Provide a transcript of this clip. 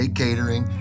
catering